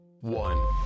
one